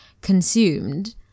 consumed